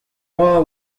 boa